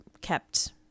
kept